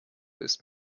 ist